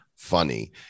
Funny